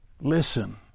Listen